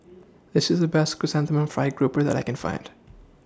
This IS The Best Chrysanthemum Fried Grouper that I Can Find